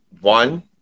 one